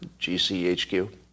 GCHQ